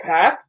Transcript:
path